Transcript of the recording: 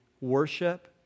worship